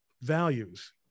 values